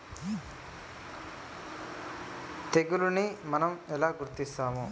తెగులుని మనం ఎలా గుర్తిస్తాము?